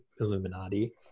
Illuminati